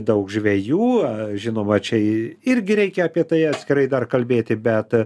daug žvejų žinoma čia irgi reikia apie tai atskirai dar kalbėti bet